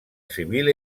civil